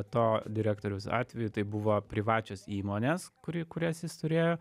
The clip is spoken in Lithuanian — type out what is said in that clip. to direktoriaus atveju tai buvo privačios įmonės kuri kurias jis turėjo